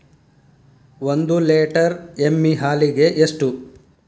ಒಂದು ಲೇಟರ್ ಎಮ್ಮಿ ಹಾಲಿಗೆ ಎಷ್ಟು?